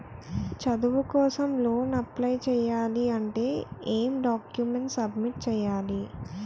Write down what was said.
చదువు కోసం loan apply చేయాలి అంటే ఎం డాక్యుమెంట్స్ సబ్మిట్ చేయాలి?